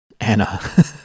Anna